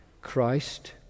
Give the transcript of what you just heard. Christ